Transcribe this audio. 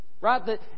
Right